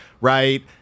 right